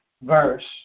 verse